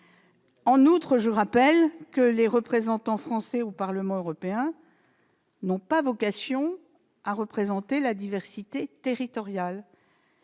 En outre, je rappelle que les représentants français au Parlement européen ont vocation à y représenter, non pas notre diversité territoriale,